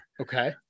Okay